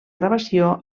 gravació